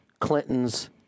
Clinton's—